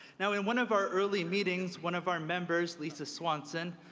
now, in one of our early meetings, one of our members, lisa swanson,